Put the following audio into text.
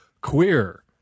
queer